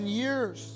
years